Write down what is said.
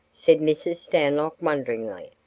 said mrs. stanlock, wonderingly.